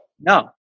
No